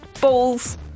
balls